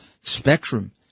spectrum